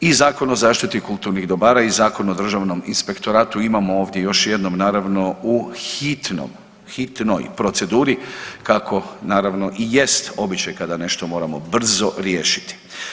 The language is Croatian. I Zakon o zaštiti kulturnih dobara i Zakon o Državnom inspektoratu, imamo ovdje, još jednom, naravno u hitnom, hitnoj proceduri kako naravno i jest običaj kada nešto moramo brzo riješiti.